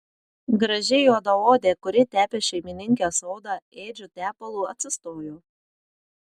graži juodaodė kuri tepė šeimininkės odą ėdžiu tepalu atsistojo